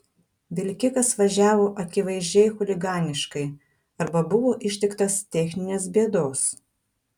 vilkikas važiavo akivaizdžiai chuliganiškai arba buvo ištiktas techninės bėdos